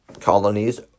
colonies